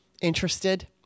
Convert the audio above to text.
interested